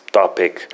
topic